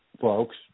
folks